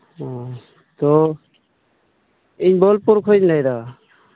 ᱛᱚ ᱤᱧ ᱵᱳᱞᱯᱩᱨ ᱠᱷᱚᱡ ᱤᱧ ᱞᱟᱹᱭ ᱫᱟ